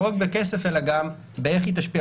לא רק בכסף אלא גם בשאלה איך היא תשפיע.